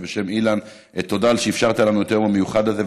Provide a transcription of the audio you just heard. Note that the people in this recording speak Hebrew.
ובשם אילן: תודה שאפשרת לנו את היום המיוחד הזה,